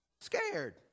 Scared